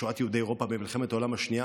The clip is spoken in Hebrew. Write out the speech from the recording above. שואת יהודי אירופה במלחמת העולם השנייה